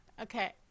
okay